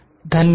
धन्यवाद